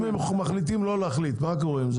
אם אנחנו מחליטים לא להחליט, אז מה קורה עם זה?